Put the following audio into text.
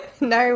No